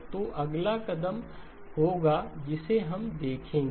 तो वो अगला कदम होगा जिसे हम देखेंगे